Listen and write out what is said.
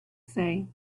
say